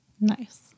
Nice